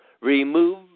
Remove